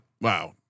wow